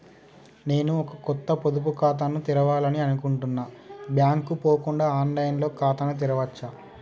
నేను ఒక కొత్త పొదుపు ఖాతాను తెరవాలని అనుకుంటున్నా బ్యాంక్ కు పోకుండా ఆన్ లైన్ లో ఖాతాను తెరవవచ్చా?